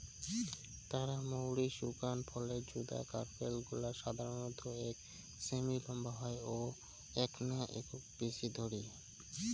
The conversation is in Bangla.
তারা মৌরি শুকান ফলের যুদা কার্পেল গুলা সাধারণত এক সেমি নম্বা হয় ও এ্যাকনা একক বীচি ধরি